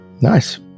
nice